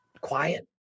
Quiet